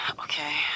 Okay